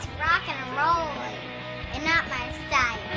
rock and and roll-y and not my style.